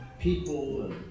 people